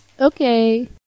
Okay